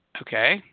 Okay